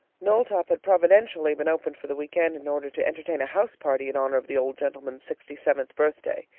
knowltop had providentially been opened for the week end in order to entertain a house party in honor of the old gentleman's sixty-seventh birthday.